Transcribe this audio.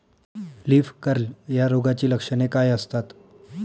Leaf curl या रोगाची लक्षणे काय असतात?